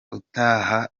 utaha